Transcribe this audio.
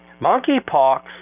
Monkeypox